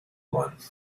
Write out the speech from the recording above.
one